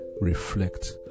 reflect